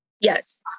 Yes